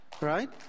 right